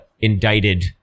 indicted